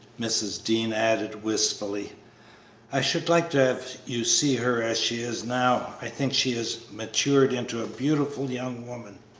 mrs. dean added, wistfully i should like to have you see her as she is now. i think she has matured into a beautiful young woman.